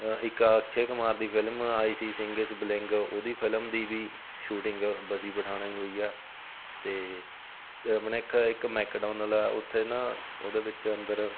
ਇੱਕ ਆ ਅਕਸ਼ੇ ਕੁਮਾਰ ਦੀ ਫਿਲਮ ਆਈ ਸੀ ਸਿੰਗ ਈਜ਼ ਬਲਿੰਗ ਉਹਦੀ ਫਿਲਮ ਦੀ ਵੀ ਸ਼ੂਟਿੰਗ ਬਸੀ ਪਠਾਣਾ ਹੀ ਹੋਈ ਆ ਅਤੇ ਆਪਣੇ ਇੱਕ ਇੱਕ ਮੈਕਡੋਨਲ ਆ ਉੱਥੇ ਨਾ ਉਹਦੇ ਵਿੱਚ ਅੰਦਰ